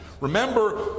Remember